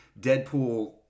Deadpool